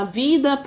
vida